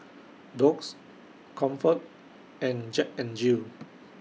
Doux Comfort and Jack N Jill